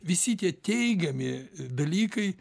visi tie teigiami dalykai